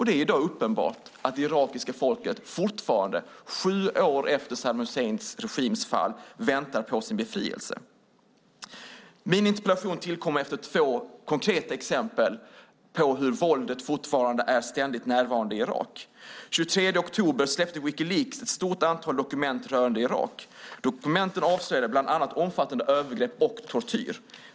Det är uppenbart att det irakiska folket fortfarande, sju år efter Saddam Husseins regims fall, väntar på sin befrielse. Min interpellation tillkom efter två konkreta exempel på hur våldet fortfarande är ständigt närvarande i Irak. Den 23 oktober släppte Wikileaks ett stort antal dokument rörande Irak. Dokumenten avslöjade bland annat omfattande övergrepp och tortyr.